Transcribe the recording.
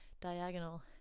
diagonal